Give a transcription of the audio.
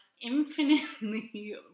infinitely